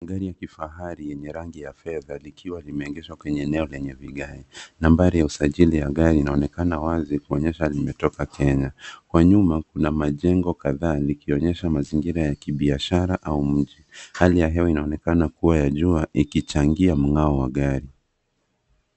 Gari la kifahari lenye rangi ya fedha likiwa limeegeshwa kwenye eneo lenye vigae. Nambari ya usajili ya gari inaonekana wazi ikionyesha limetoa kenya. Kwa nyuma kuna majengo kadhaa ikionyesha mazingira ya kibiashara au mji. Hali ya hewa inaonekana kuwa ya jua inichangia mng'ao wa gari.